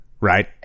Right